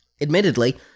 Admittedly